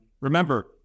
Remember